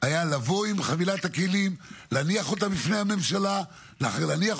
שכל הזמן אומרים ועושים ויש להם דרך אחת